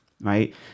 right